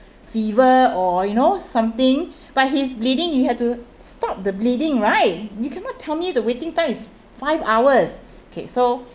fever or you know something but he's bleeding you have to stop the bleeding right you cannot tell me the waiting time is five hours okay so